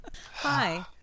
Hi